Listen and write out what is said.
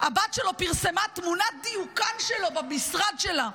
הבת שלו פרסמה תמונת דיוקן שלו במשרד שלה,